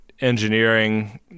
engineering